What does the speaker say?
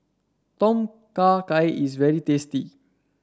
Tom Kha Gai is very tasty